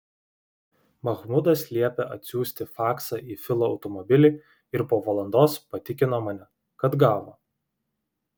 mahmudas liepė atsiųsti faksą į filo automobilį ir po valandos patikino mane kad gavo